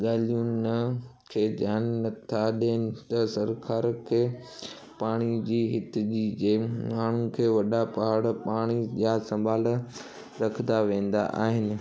ॻाल्हियूं न खे ध्यानु नथा ॾियनि त सरकार खे पाणी जी हिते जी जेड़ माण्हू खे वॾा पहाड़ पाणी ॼा सम्भाल रखंदा वेंदा आहिनि